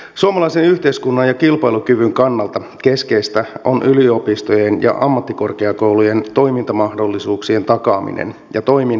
suomalaisen yhteiskunnan ja kilpailukyvyn kannalta keskeistä on yliopistojen ja ammattikorkeakoulujen toimintamahdollisuuksien takaaminen ja toiminnan kehittäminen